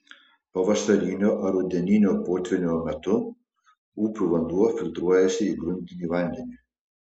pavasarinio ar rudeninio potvynio metu upių vanduo filtruojasi į gruntinį vandenį